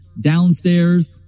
downstairs